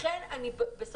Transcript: לכן אני אומרת,